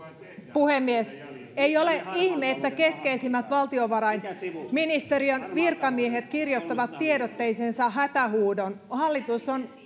puhemies ei ole ihme että keskeisimmät valtiovarainministeriön virkamiehet kirjoittavat tiedotteeseensa hätähuudon hallitus on